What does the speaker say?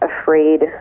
afraid